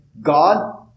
God